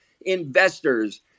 investors